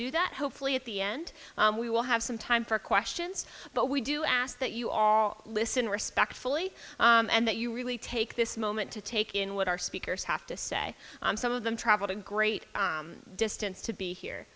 do that hopefully at the end we will have some time for questions but we do ask that you all listen respectfully and that you really take this moment to take in what our speakers have to say some of them traveled a great distance to be here